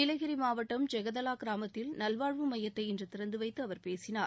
நீலகிரி மாவட்டம் ஜெகதளா கிராமத்தில் நல்வாழ்வு மையத்தை இன்று திறந்து வைத்து அவர் பேசினார்